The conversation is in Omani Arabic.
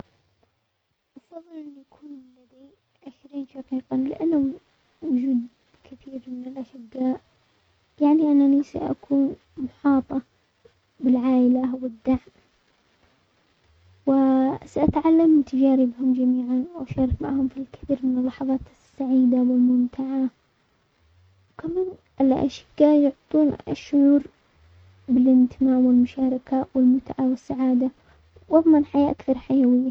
افضل ان يكون لدي عشرين شقيقا، لانه وجود كثير من الاشقاء يعني انني ساكون محاطة بالعائلة والدعم، وساتعلم من تجاربهم جميعا واشارك معهم في كثير من اللحظات السعيدة والممتعة، و كم ان الاشقاء يعطون الشعور بالانتماء والمشاركة والمتعة والسعادة واضمن حياة اكثر الحيوية.